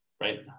right